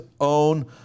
own